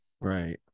right